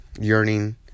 yearning